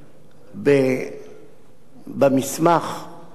במסמך שקבע,